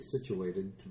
situated